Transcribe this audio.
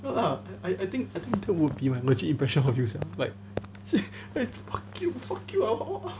ya lah I I I think that would be my legit impression of you sia like fuck you fuck you ah